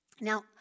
Now